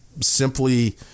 simply